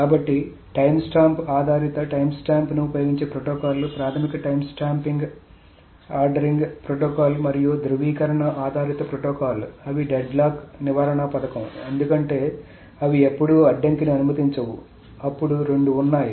కాబట్టి టైమ్స్టాంప్ ఆధారిత టైమ్స్టాంప్ను ఉపయోగించే ప్రోటోకాల్లు ప్రాథమిక టైమ్స్టాంప్ ఆర్డరింగ్ ప్రోటోకాల్ మరియు ధ్రువీకరణ ఆధారిత ప్రోటోకాల్ అవి ఈ డెడ్లాక్ నివారణ పథకం ఎందుకంటే అవి ఎప్పుడూ అడ్డంకిని అనుమతించవు అప్పుడు రెండు ఉన్నాయి